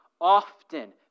often